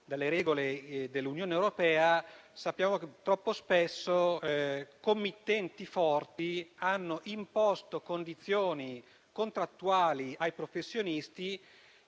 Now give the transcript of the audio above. dalle regole dell'Unione europea, troppo spesso committenti forti hanno imposto condizioni contrattuali ai professionisti